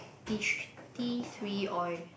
tea tree tea tree oil